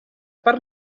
per